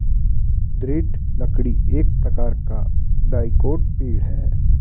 दृढ़ लकड़ी एक प्रकार का डाइकोट पेड़ है